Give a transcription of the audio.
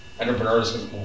entrepreneurs